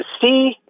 see